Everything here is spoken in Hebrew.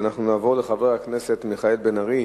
ואנחנו נעבור לחבר הכנסת מיכאל בן-ארי,